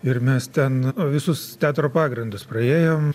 ir mes ten visus teatro pagrindus praėjom